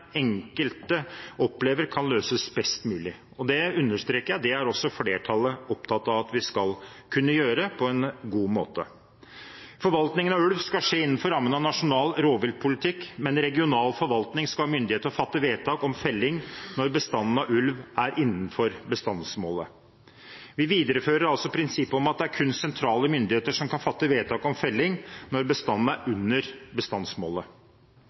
enkelte opplever, kan løses best mulig. Og jeg understreker: Også flertallet er opptatt av at vi skal kunne gjøre det på en god måte. Forvaltningen av ulv skal skje innenfor rammene av nasjonal rovviltpolitikk, men regional forvaltning skal ha myndighet til å fatte vedtak om felling når bestanden av ulv er innenfor bestandsmålet. Vi viderefører altså prinsippet om at det er kun sentrale myndigheter som kan fatte vedtak om felling når bestanden er under bestandsmålet.